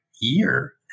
year